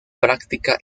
práctica